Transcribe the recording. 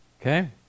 Okay